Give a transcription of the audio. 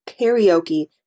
karaoke